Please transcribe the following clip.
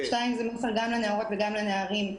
השני מופנה גם לנערות וגם לנערים,